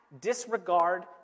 disregard